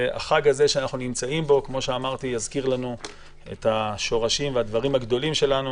החג הזה שאנחנו נמצאים בו יזכיר לנו את השורשים והדברים הגדולים שלנו